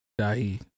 Dahi